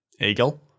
Eagle